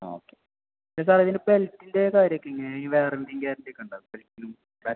okay സാറേ ഇതിന് ബെൽറ്റിൻ്റെ കാര്യം ഒക്കെ എങ്ങനെ വാറണ്ടിയും ഗ്യാരണ്ടിയും ഒക്കെ ഉണ്ടോ ബെൽറ്റിലും കാറ്റ്